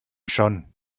schon